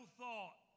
thought